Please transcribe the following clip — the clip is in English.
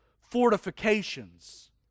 fortifications